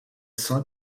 saint